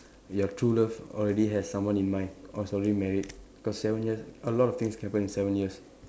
your true love already has someone in mind or already married because seven years a lot of things can happen in seven years